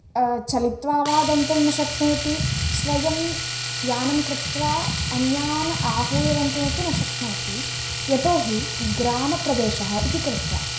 चलित्वा वा गन्तुं न शक्नोति स्वयं यानं कृत्वा अन्यान् आहूय गन्तुमपि न शक्नोति यतो हि ग्रामप्रदेशः इति कृत्वा